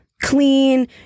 clean